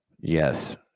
Yes